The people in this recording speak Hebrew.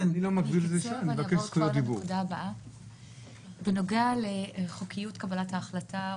נכון לקבל את ההצעה הזאת,